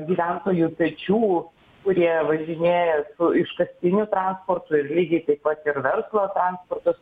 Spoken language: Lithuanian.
gyventojų pečių kurie važinėja iškastiniu transportu ir lygiai taip pat ir verslo transportas